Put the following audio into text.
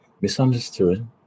Misunderstood